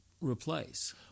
replace